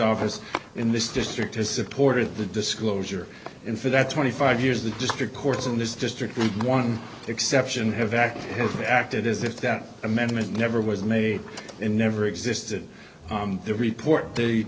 office in this district has supported the disclosure and for that twenty five years the district courts in this district with one exception have acted have acted as if that amendment never was made and never existed the report the